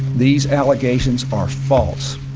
these allegations are false.